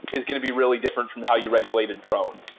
is going to be really different from how you regulate a drone.